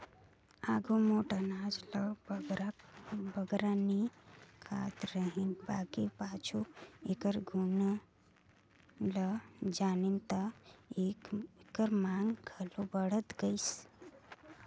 आघु मोट अनाज ल बगरा नी खात रहिन बकि पाछू एकर गुन ल जानिन ता एकर मांग घलो बढ़त गइस